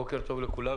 בוקר טוב לכולם,